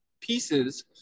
pieces